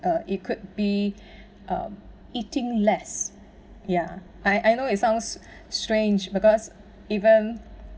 uh it could be uh eating less ya I I know it sounds strange because even